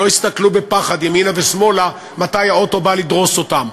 שלא יסתכלו בפחד ימינה ושמאלה מתי האוטו בא לדרוס אותם.